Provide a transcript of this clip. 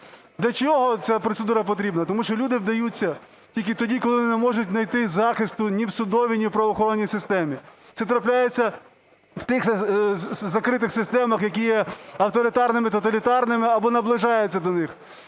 Для чого ця процедура потрібна? Тому що люди вдаються тільки тоді, коли вони не можуть знайти захисту ні в судовій, ні в правоохоронній системі. Це трапляється в тих закритих системах, які є авторитарними, тоталітарними або наближаються до них.